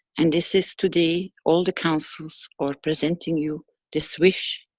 and this is today, all the councils are presenting you this wish.